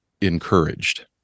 encouraged